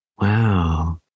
Wow